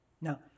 Now